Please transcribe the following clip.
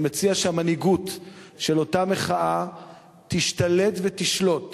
אני מציע שהמנהיגות של אותה מחאה תשתלט ותשלוט